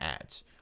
ads